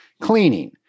cleaning